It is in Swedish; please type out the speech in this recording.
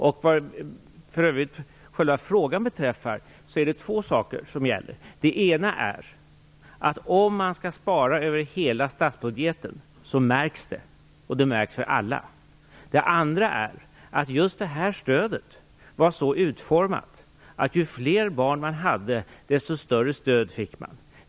Vad själva frågan beträffar är det två saker som gäller. Det ena är att det märks om man skall spara över hela statsbudgeten, och det märks för alla. Det andra är att just det här stödet var så utformat att ju fler barn man hade, desto större stöd fick man.